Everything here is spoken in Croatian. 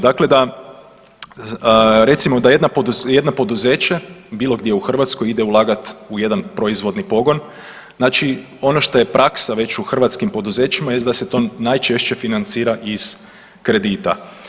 Dakle, da, recimo da jedno poduzeće bilo gdje u Hrvatskoj ide ulagat u jedan proizvodni pogon, znači ono što je praksa već u hrvatskim poduzećima jest da se to najčešće financira iz kredita.